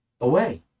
away